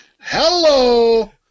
hello